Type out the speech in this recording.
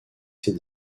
ses